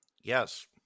Yes